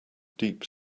deep